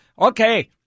okay